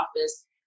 Office